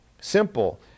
simple